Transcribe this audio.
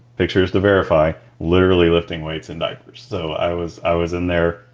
pictures to verify, literally lifting weights in diapers. so i was i was in there.